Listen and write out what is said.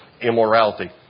immorality